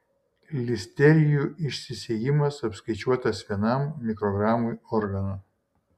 listerijų išsisėjimas apskaičiuotas vienam mikrogramui organo